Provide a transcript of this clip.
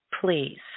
please